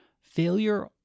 Failure